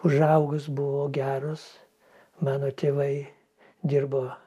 užaugus buvo geras mano tėvai dirbo